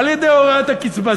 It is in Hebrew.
על-ידי הורדת הקצבה,